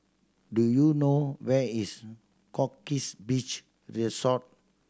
do you know where is Goldkist Beach Resort